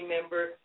member